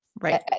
Right